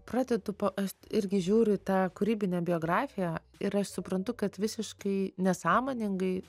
pradedu aš irgi žiūriu į tą kūrybinę biografiją ir aš suprantu kad visiškai nesąmoningai